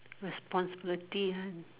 responsibility and